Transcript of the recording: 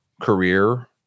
career